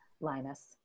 Linus